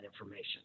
information